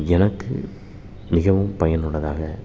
எனக்கு மிகவும் பயனுள்ளதாக